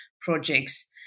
projects